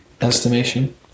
estimation